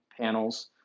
panels